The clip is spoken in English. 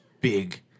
big